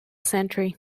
sentry